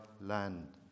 land